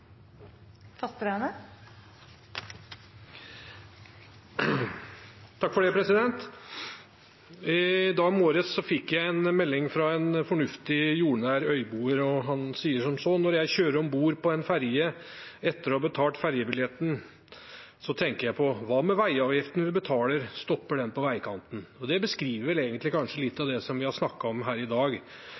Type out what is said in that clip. I dag morges fikk jeg en melding fra en fornuftig, jordnær øyboer. Han sier som så: Når jeg kjører om bord på en ferje etter å ha betalt ferjebilletten, tenker jeg på: Hva med veiavgiften vi betaler? Stopper den på veikanten? – Det beskriver vel egentlig litt av det vi har snakket om her i dag.